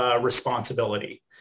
responsibility